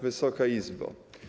Wysoka Izbo!